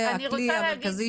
זה הכלי המרכזי